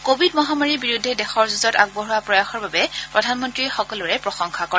Covid মহামাৰীৰ বিৰুদ্ধে দেশৰ যুঁজত আগবঢ়োৱা প্ৰয়াসৰ বাবে প্ৰধানমন্ত্ৰীয়ে সকলোৰে প্ৰশংসা কৰে